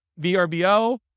VRBO